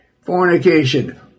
Fornication